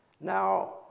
Now